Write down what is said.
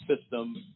system